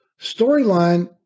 Storyline